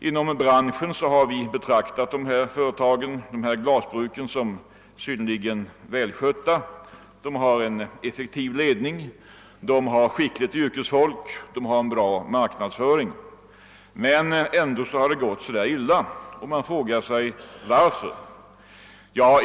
Inom branschen har vi betraktat dessa glasbruk som synnerligen välskötta. De har en effektiv ledning, de har skickligt yrkesfolk och de har en bra marknadsföring. Ändå har det gått så illa, och man frågar sig varför.